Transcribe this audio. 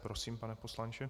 Prosím, pane poslanče.